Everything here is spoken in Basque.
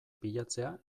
pilatzea